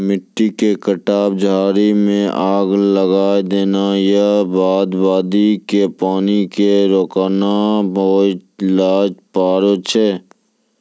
मिट्टी के कटाव, झाड़ी मॅ आग लगाय देना या बांध बांधी कॅ पानी क रोकना होय ल पारै छो